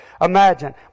imagine